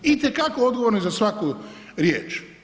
I te kako odgovorni za svaku riječ.